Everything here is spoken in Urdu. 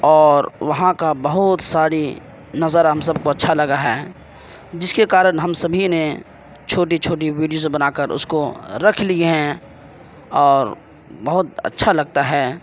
اور وہاں کا بہت ساری نظارہ ہم سب کو اچھا لگا ہے جس کے کارن ہم سبھی نے چھوٹی چھوٹی ویڈیوز بنا کر اس کو رکھ لیے ہیں اور بہت اچھا لگتا ہے